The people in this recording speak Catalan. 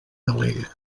delegue